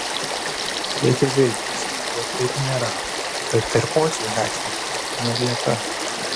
reikia viltis jog taip nėra tad ir pociui gatvėje ne vieta